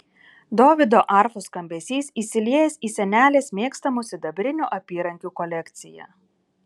dovydo arfų skambesys įsiliejęs į senelės mėgstamų sidabrinių apyrankių kolekciją